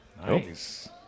Nice